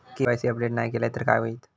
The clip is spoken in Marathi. के.वाय.सी अपडेट नाय केलय तर काय होईत?